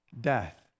death